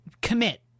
commit